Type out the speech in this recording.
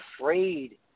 afraid